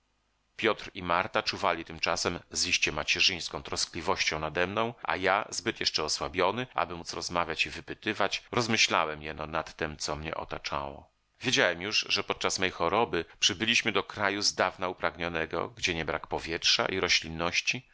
piotr i marta czuwali tymczasem z iście macierzyńską troskliwością nademną a ja zbyt jeszcze osłabiony aby móc rozmawiać i wypytywać rozmyślałem jeno nad tem co mnie otaczało wiedziałem już że podczas mej choroby przybyliśmy do kraju zdawna upragnionego gdzie nie brak powietrza i roślinności